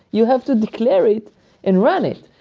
you have to declare it and run it,